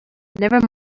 never